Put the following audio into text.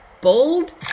bold